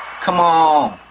come on.